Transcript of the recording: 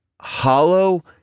hollow